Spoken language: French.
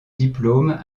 diplôme